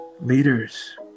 leaders